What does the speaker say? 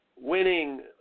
Winning